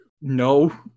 No